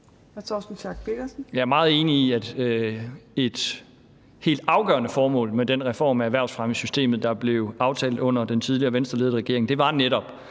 Jeg er meget enig i, at et helt afgørende formål med den reform af erhvervsfremmesystemet, der blev aftalt under den tidligere Venstreledede regering, netop var at